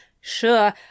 Sure